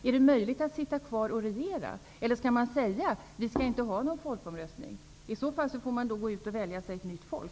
Är det möjligt att sitta kvar och regera? Eller skall man säga att vi inte skall ha någon folkomröstning? I så fall får man gå ut och välja sig ett nytt folk.